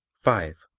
five.